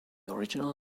original